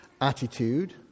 attitude